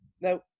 Now